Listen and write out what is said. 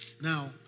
Now